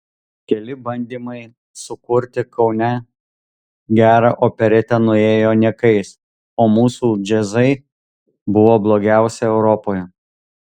keli bandymai sukurti kaune gerą operetę nuėjo niekais o mūsų džiazai buvo blogiausi europoje